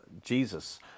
Jesus